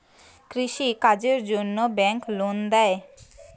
কৃষি কাজের জন্যে ব্যাংক লোন দেয়?